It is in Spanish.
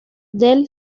del